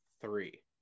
three